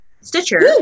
Stitcher